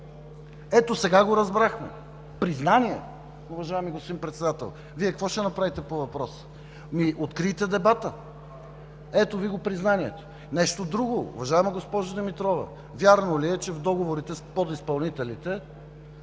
Ето сега го разбрахме – признание, уважаеми господин Председател! Вие какво ще направите по въпроса? Ами открийте дебата – ето Ви го признанието. Нещо друго. Уважаема госпожо Димитрова, вярно ли е, че в договорите с подизпълнителите